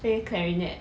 play clarinet